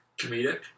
comedic